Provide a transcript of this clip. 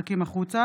המפקחים והרכזים.